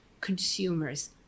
consumers